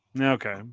Okay